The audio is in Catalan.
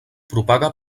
propaga